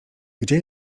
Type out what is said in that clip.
gdzie